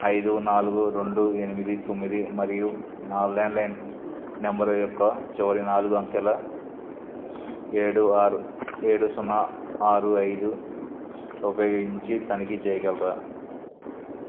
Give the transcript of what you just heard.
ఐదు నాలుగు రెండు ఎనిమిది తొమ్మిది మరియు నా ల్యాండ్లైన్ నెంబరు యొక్క చివరి నాలుగు అంకెల ఏడు ఆరు ఏడు సున్నా ఆరు ఐదు ఉపయోగించి తనిఖీ చేయగలారా